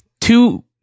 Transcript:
Two